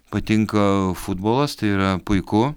patinka futbolas tai yra puiku